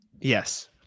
Yes